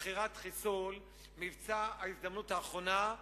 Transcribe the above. מכירת חיסול, מבצע ההזדמנות האחרונה,